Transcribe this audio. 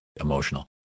emotional